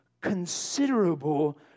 considerable